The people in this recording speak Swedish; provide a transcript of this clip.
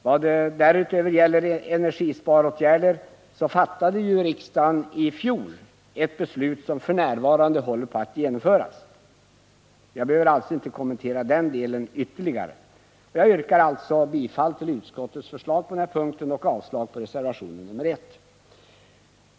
Vad därutöver gäller energisparåtgärder fattade ju riksdagen i fjol ett beslut som f. n. håller på att genomföras. Jag behöver därför inte kommentera den delen ytterligare. Jag yrkar alltså bifall till utskottets förslag och avslag på reservation 1.